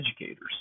educators